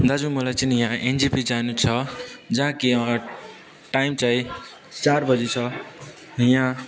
दाजु मलाई चाहिँ नि यहाँ एनजेपी जानु छ जहाँ कि आट् टाइम चाहिँ चार बजे छ यहाँ